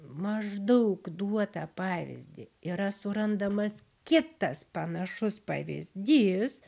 maždaug duotą pavyzdį yra surandamas kitas panašus pavyzdys